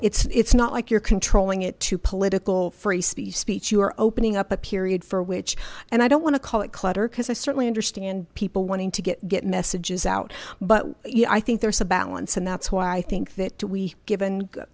that it's not like you're controlling it to political free speech speech you are opening up a period for which and i don't want to call it clutter because i certainly understand people wanting to get get messages out but you know i think there's a balance and that's why i think that we given